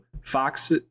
Fox